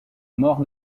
mort